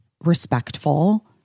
respectful